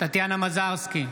טטיאנה מזרסקי,